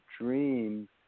dream